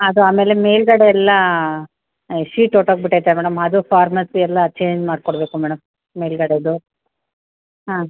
ಅದು ಆಮೇಲೆ ಮೇಲುಗಡೆ ಎಲ್ಲ ಶೀಟ್ ಹೊರ್ಟ್ ಹೋಗಿಬಿಟೈತೆ ಮೇಡಮ್ ಅದು ಕಾರ್ನರ್ಸು ಎಲ್ಲ ಚೇಂಜ್ ಮಾಡಿಕೊಡ್ಬೇಕು ಮೇಡಮ್ ಮೇಲುಗಡೆದು ಹಾಂ